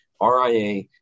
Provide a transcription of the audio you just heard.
RIA